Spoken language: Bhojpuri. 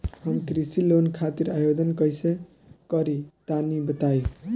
हम कृषि लोन खातिर आवेदन कइसे करि तनि बताई?